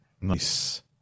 Nice